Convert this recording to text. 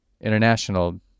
international